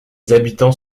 habitants